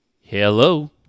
hello